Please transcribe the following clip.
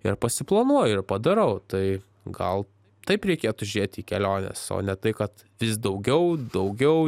ir pasiplanuoju ir padarau tai gal taip reikėtų žėti į keliones o ne tai kad vis daugiau daugiau